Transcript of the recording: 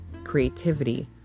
Creativity